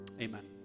Amen